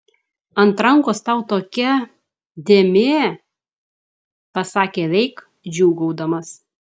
ant rankos tau tokia dėmė pasakė veik džiūgaudamas